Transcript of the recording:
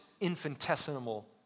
infinitesimal